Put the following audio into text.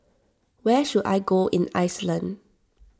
where should I go in Iceland